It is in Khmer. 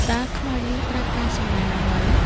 តើខ្មោចនោះត្រូវការសំណែនអ្វី?